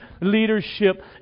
leadership